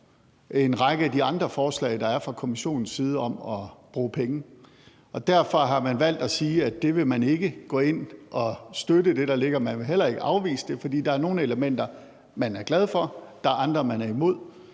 en række af de andre forslag, der er kommet fra Kommissionens side, om at bruge penge. Derfor har man valgt at sige, at man ikke vil gå ind at støtte det, der ligger; man vil heller ikke afvise det, for der er nogle elementer, man er glad for – der er andre, man er imod.